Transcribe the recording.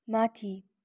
माथि